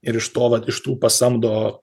ir iš to vat iš tų pasamdo